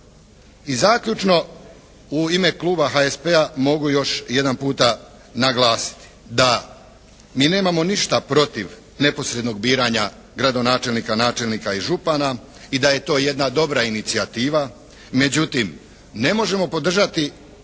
I zaključno u ime Kluba HSP-a mogu još jedan puta naglasiti da mi nemamo ništa protiv neposrednog biranja gradonačelnika, načelnika i župana i da je to jedna dobra inicijativa. Međutim, ne možemo podržati